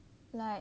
like